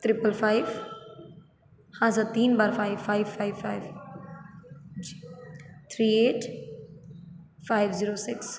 triple five हाँ sir तीन बार फाइव फाइव फाइव फाइव जी three eight five zero six